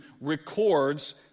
records